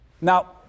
Now